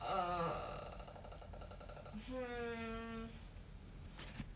err hmm